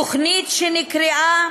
תוכנית שנקראה